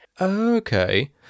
Okay